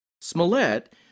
Smollett